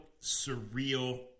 surreal